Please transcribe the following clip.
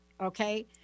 Okay